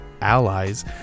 allies